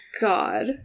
god